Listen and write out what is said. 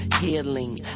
healing